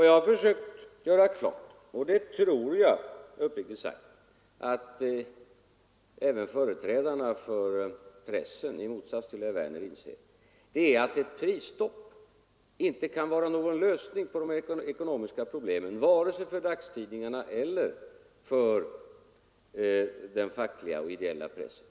Jag har försökt göra klart — och det tror jag uppriktigt sagt att även företrädarna för pressen, i motsats till herr Werner, inser — att ett prisstopp inte kan vara någon lösning på de ekonomiska problemen vare sig för dagstidningarna eller för den fackliga och ideella pressen.